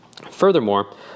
Furthermore